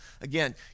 Again